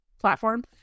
platform